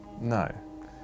No